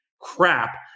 crap